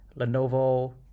Lenovo